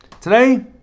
Today